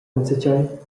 enzatgei